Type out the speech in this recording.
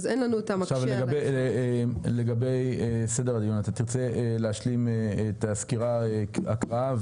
אז אין לנו --- לגבי סדר הדיון תרצה להשלים את הסקירה וההקראה,